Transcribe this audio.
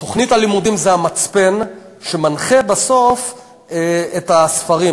תוכנית הלימודים זה המצפן שמנחה בסוף את הספרים.